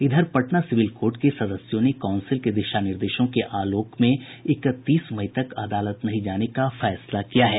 इधर Patna civil court के सदस्यों ने काउंसिल के दिशा निर्देशों के आलोक में इकतीस मई तक अदालत नहीं जाने का फैसला किया है